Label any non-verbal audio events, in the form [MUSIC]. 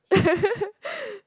[LAUGHS]